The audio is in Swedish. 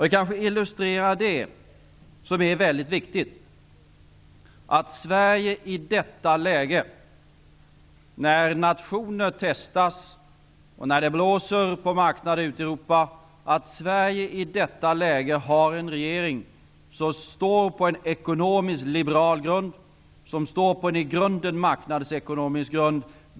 Det kanske illustrerar vikten av att Sverige i detta läge, när nationer testas och när det blåser på marknaderna ute i Europa, har en regering som står på en ekonomiskt liberal och en marknadsekonomisk grund.